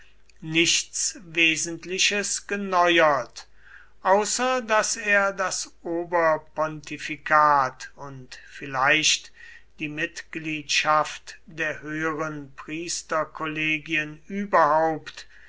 nichts wesentliches geneuert außer daß er das oberpontifikat und vielleicht die mitgliedschaft der höheren priesterkollegien überhaupt